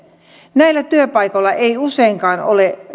näillä työpaikoilla ei useinkaan ole